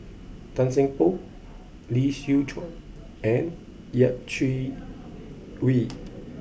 Tan Seng Poh Lee Siew Choh and Yeh Chi Wei